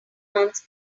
months